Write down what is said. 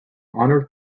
honored